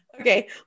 Okay